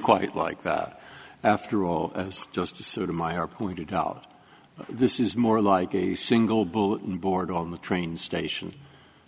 quite like that after all just sort of my are pointed out this is more like a single bulletin board on the train station